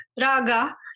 Raga